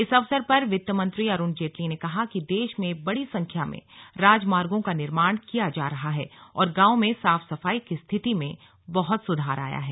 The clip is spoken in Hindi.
इस अवसर पर वित्त मंत्री अरूण जेटली ने कहा कि देश में बड़ी संख्या में राजमार्गो का निर्माण किया जा रहा है और गांवों में साफ सफाई की स्थिति में बहुत सुधार आया है